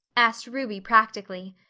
asked ruby practically.